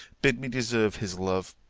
bid me deserve his love,